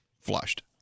flushed